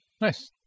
Nice